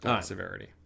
severity